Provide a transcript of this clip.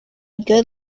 good